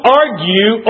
argue